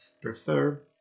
prefer